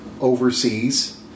Overseas